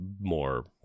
more